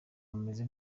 bumeze